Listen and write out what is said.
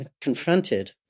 confronted